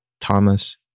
Thomas